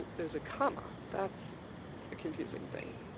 there's a comma. that's a confusing thing.